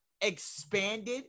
expanded